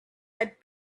had